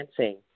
dancing